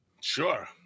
Sure